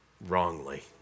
wrongly